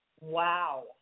Wow